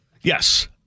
Yes